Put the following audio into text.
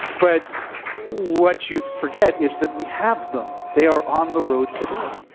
but what you forget is that we have them. they are on the road today.